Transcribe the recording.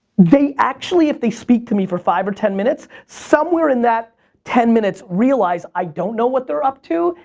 they actually, if they speak to me for five or ten minutes, somewhere in that ten minutes realize i don't know what they're up to,